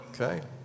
Okay